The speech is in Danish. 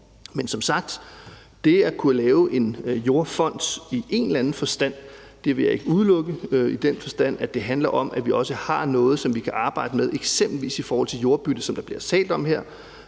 ikke udelukke det at kunne lave en jordfond i en eller anden forstand, i den forstand at det handler om, at vi også har noget, som vi kan arbejde med, eksempelvis i forhold til jordbytte, som der bliver talt om her,